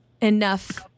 Enough